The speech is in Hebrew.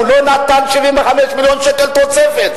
הוא לא נתן 75 מיליון שקל תוספת.